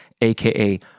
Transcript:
AKA